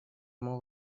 ему